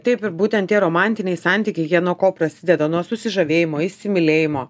taip ir būtent tie romantiniai santykiai nuo ko prasideda nuo susižavėjimo įsimylėjimo